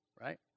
Right